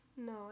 No